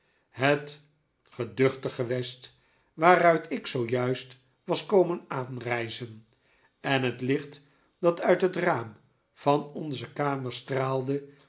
het geduchte gewest waaruit ik zoo juist was komen aanreizen en het licht dat uit het raam van onze kamer straalde